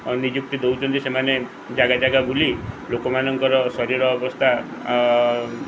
ନିଯୁକ୍ତି ଦେଉଛନ୍ତି ସେମାନେ ଜାଗା ଜାଗା ବୁଲି ଲୋକମାନଙ୍କର ଶରୀର ଅବସ୍ଥା